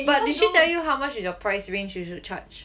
did she tell you how much is your price range you should charge